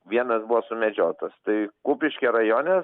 vienas buvo sumedžiotas tai kupiškio rajone